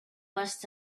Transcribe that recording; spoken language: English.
must